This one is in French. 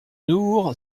nour